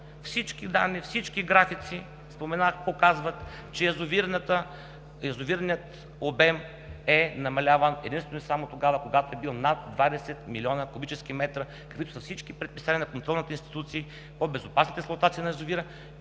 Всички данни, всички графици показват, че язовирният обем е намаляван единствено и само тогава, когато е бил над 20 млн. куб. м, каквито са всички предписания на контролните институции по безопасната експлоатация на язовира,